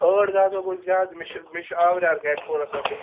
ٲٹھ دَہ دۅہ گوٚو زیادٕ مےٚ چھُ مےٚ چھُ آوریٛار گَرِ تھوڑا سا تہٕ